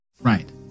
Right